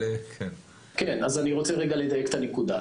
אני רוצה רגע לדייק את הנקודה.